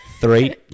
Three